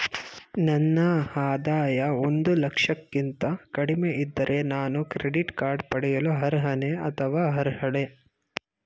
ನನ್ನ ಆದಾಯ ಒಂದು ಲಕ್ಷಕ್ಕಿಂತ ಕಡಿಮೆ ಇದ್ದರೆ ನಾನು ಕ್ರೆಡಿಟ್ ಕಾರ್ಡ್ ಪಡೆಯಲು ಅರ್ಹನೇ ಅಥವಾ ಅರ್ಹಳೆ?